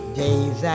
days